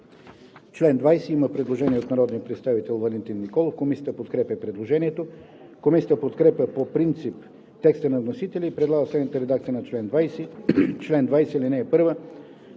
чл. 20 има предложение от народния представител Валентин Николов. Комисията подкрепя предложението. Комисията подкрепя по принцип текста на вносителя и предлага следната редакция на чл. 20: „Чл. 20. (1) След